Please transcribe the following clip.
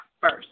first